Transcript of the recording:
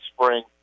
spring